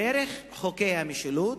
דרך חוקי המשילות,